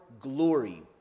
glory